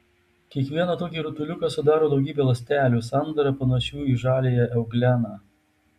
kiekvieną tokį rutuliuką sudaro daugybė ląstelių sandara panašių į žaliąją eugleną